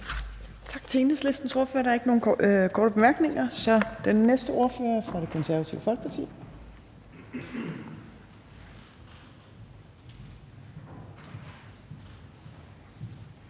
Tak til Enhedslistens ordfører. Der er ikke nogen korte bemærkninger. Den næste ordfører er fra Det Konservative Folkeparti.